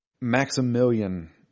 Maximilian